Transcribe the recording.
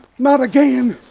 not again